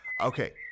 okay